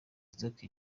inzoka